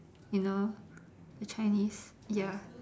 you know the Chinese ya